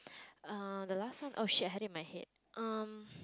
uh the last one oh shit I had it in my head um